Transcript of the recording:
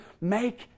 make